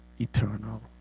eternal